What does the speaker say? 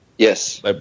Yes